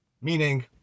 meaning